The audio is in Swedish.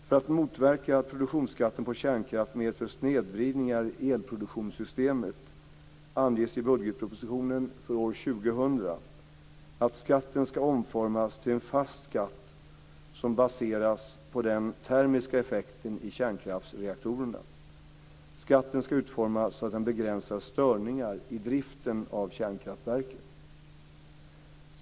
För att motverka att produktionsskatten på kärnkraft medför snedvridningar i elproduktionssystemet anges i budgetpropositionen för år 2000 att skatten ska omformas till en fast skatt som baseras på den termiska effekten i kärnkraftsreaktorerna. Skatten ska utformas så att den begränsar störningar i driften av kärnkraftverken.